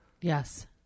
Yes